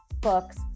books